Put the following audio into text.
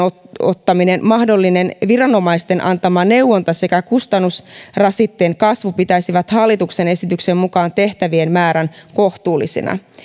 ottaminen mahdollinen viranomaisten antama neuvonta sekä kustannusrasitteen kasvu pitäisivät hallituksen esityksen mukaan tehtävien määrän kohtuullisena